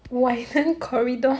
widened corridor